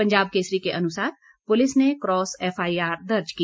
पंजाब केसरी के अनुसार पुलिस ने कॉस एफआईआर दर्ज की